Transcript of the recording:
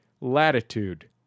latitude